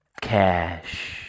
Cash